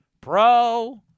pro